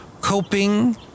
Coping